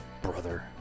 Brother